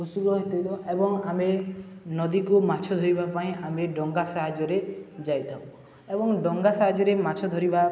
ହେଇଥିବ ଏବଂ ଆମେ ନଦୀକୁ ମାଛ ଧରିବା ପାଇଁ ଆମେ ଡଙ୍ଗା ସାହାଯ୍ୟରେ ଯାଇଥାଉ ଏବଂ ଡଙ୍ଗା ସାହାଯ୍ୟରେ ମାଛ ଧରିବା